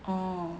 oh